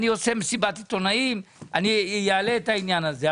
אני עושה מסיבת עיתונאים ואני אעלה את העניין הזה.